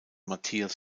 matthias